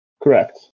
Correct